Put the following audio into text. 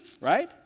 right